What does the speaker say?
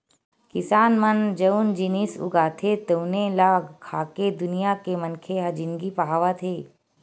किसान मन जउन जिनिस उगाथे तउने ल खाके दुनिया के मनखे ह जिनगी पहावत हे